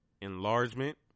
enlargement